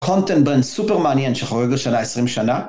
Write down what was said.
קונטנט בן סופר מעניין שחוגג השנה 20 שנה.